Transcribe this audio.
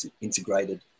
integrated